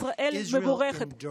ישראל מבורכת.